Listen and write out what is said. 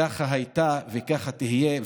ככה הייתה וככה תהיה,